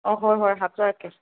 ꯑꯧ ꯍꯣꯏ ꯍꯣꯏ ꯍꯥꯞꯆꯔꯛꯀꯦ